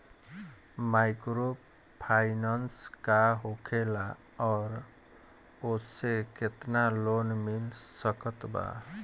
Microfinance का होखेला और ओसे केतना लोन मिल सकत बा?